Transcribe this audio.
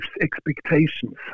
expectations